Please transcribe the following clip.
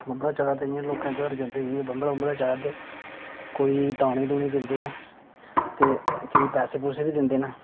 ते इ'यां लोकें दे घर जंदे ते बम्बरा बुम्बरा चाढ़दे ते कोई दाने दूने दिंदे ऐ ते कोई पैसे पूसे बी दिंदे न